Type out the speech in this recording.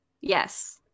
Yes